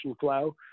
flow